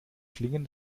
klingen